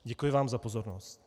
Děkuji vám za pozornost.